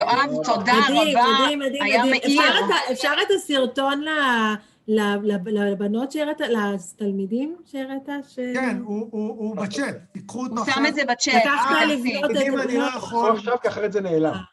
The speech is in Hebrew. תודה רבה, היה מגיע. אפשר את הסרטון לבנות שהראתה, לתלמידים שהראתה? כן, הוא בצ'ט, קחו אותו עכשיו. הוא שם את זה בצ'ט. תקחו את זה עכשיו אחרת זה נעלם.